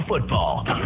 football